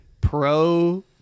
pro